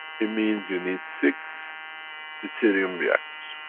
it means, you need six deuterium reactors.